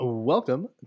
Welcome